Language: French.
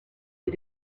est